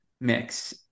mix